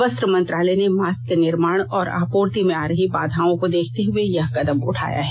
वस्त्र मंत्रालय ने मास्क के निर्माण और आपूर्ति में आ रही बाधाओं को देखते हए यह कदम उठाया है